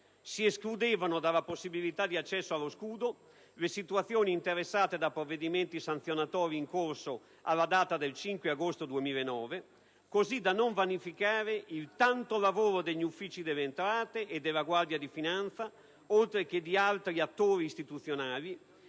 si escludevano dalla possibilità di accesso allo scudo le situazioni interessate da provvedimenti sanzionatori in corso alla data del 5 agosto 2009, così da non vanificare il tanto lavoro degli uffici delle Entrate e della Guardia di finanza, oltre che di altri attori istituzionali,